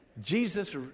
Jesus